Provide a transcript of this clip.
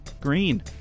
Green